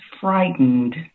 frightened